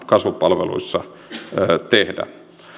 kasvupalveluissa tehdä